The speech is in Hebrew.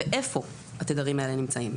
ואיפה התדרים האלה נמצאים.